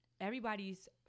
everybody's